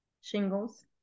shingles